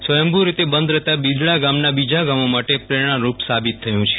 સ્વયંભૂ રીતે બંધ રહેતા બિદડા ગામ બીજા ગામો માટે પ્રેરણારૂપ સાબીત થયું છે